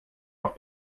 auch